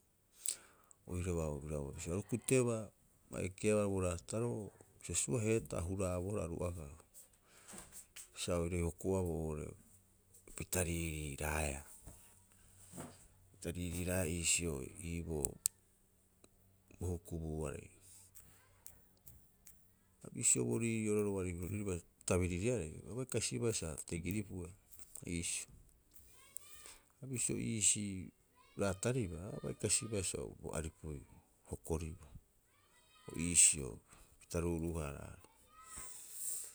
Oiraba aru kutebaa a ekeabaa bo raataro, bisio suaheetaa a huraabohara oru agaa, sa oirai hokoaboo oo'ore pita riiriiraeaa. Pita riiriiraeaa iisio iiboo bo hukubuuarei. Ha bisio bo riirii'oro roari roiraba bo tabiririarei, a bai ksibaa sa tegiripuhe iisio. Ha bisio iisii raataribaa, a bai kasibaa sa bo aripui hokoriboo iisio pita ruuruu- haaraaro.